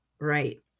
Right